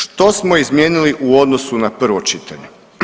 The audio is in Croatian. Što smo izmijenili u odnosu na prvo čitanje?